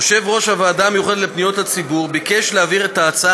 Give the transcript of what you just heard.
יושב-ראש הוועדה המיוחדת לפניות הציבור ביקש להעביר את ההצעה